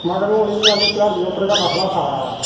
मगर हून इयै है कि ध्याड़ी उपर गै मसला सारा